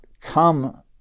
come